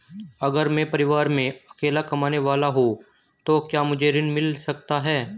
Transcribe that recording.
अगर मैं परिवार में अकेला कमाने वाला हूँ तो क्या मुझे ऋण मिल सकता है?